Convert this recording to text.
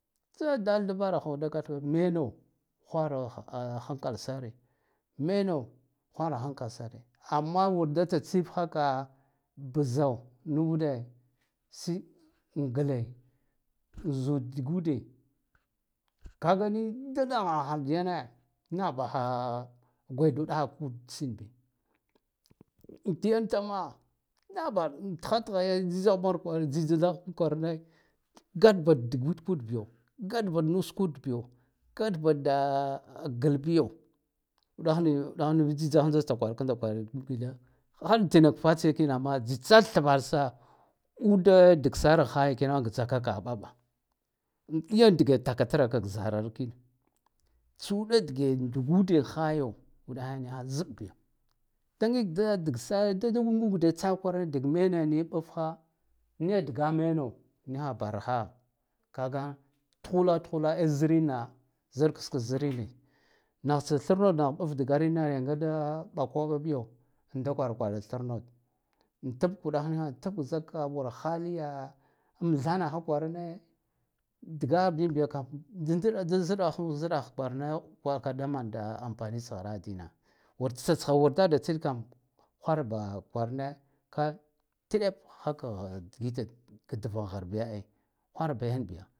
Tsadala da vahaho da gad hud meno hwara a hank sare meno hwara hankal sar amma wur da tsa tsif ha ka bzzo nuvude sih angle zu dugide kaghani data haha da yane nah bahha gwaiɗu ɗahak ud tsinbi tiyan tama nhabahha thatha yan zaro mar kwarantsitsah kwarane gat ba dagud biyo gat ba nusk ud biyo gat ba da gal ɓiyo udah nivu udah nuvu tsitsa handa tsa kwara kanda diutar har tina k fatsiya kina ma tsa thvarse ude duk sare haya kina gthakaka ɓaɓa yadige takatra kak zararakin tsu uda dige dayida hayo uɗale niha zaɗ bi dangi ge dag sahe dada gude tsa kura dag mena niya ɓaf ha niya dga mena baraha kaga tuhula tuhula a zirinna zar ksks zirina nah tsa tharna da ɓaf digarine ya nga da ɓako ɓabiyo da kwarak kwara tsitar mar an tab kuɗah niha an tab zakka war hadiya anthanaha kwarane dga binbiya kam diɗida da zɗahu zɗah kwarane kwa ka da manda ampanio tsahra din war tsathsa war dada tsin kam hwar ba kwarana ka teɗe ha ka har digite ka tva har bi hwar ba ya bi.